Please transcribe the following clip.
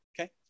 Okay